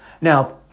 Now